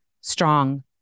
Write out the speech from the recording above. strong